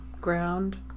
ground